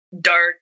dark